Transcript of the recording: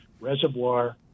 reservoir